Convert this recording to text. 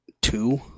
two